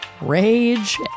rage